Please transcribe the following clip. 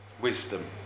wisdom